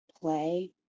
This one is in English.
play